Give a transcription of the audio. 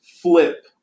flip